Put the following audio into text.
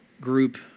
group